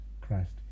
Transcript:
Christ